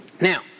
Now